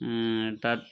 তাত